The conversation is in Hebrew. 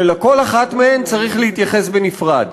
שצריך לכל אחת מהן להתייחס בנפרד.